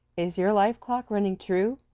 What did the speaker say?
is your life clock running true?